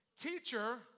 teacher